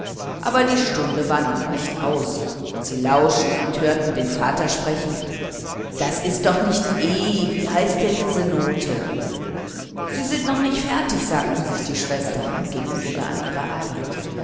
aber die stunde war noch nicht aus sie lauschten und hörten den vater noch sprechen das ist doch nicht e wie heißt denn diese note sie sind noch nicht fertig sagten sich die schwestern und gingen wieder an ihre arbeit